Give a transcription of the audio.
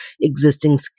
existing